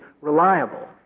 reliable